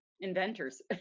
inventors